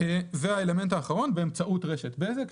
והאלמנט האחרון באמצעות רשת בזק,